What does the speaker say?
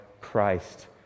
Christ